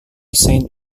saint